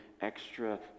extra